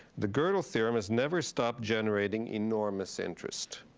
the godel theorem has never stopped generating enormous interest.